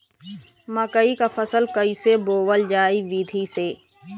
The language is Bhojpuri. मकई क फसल कईसे बोवल जाई विधि से?